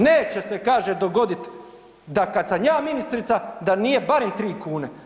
Neće se kaže dogoditi da kada sam ja ministrica da nije barem 3 kune.